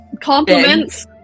Compliments